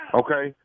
okay